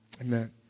amen